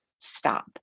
stop